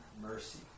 mercy